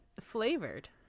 flavored